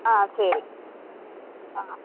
ஆ சரி ஆ